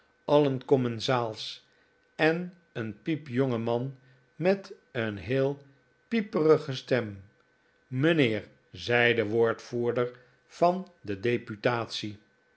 alien commensaals en een piepjonge man met een heel pieperige stem r mijnheer zei de woordvoerder van de